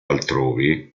altrove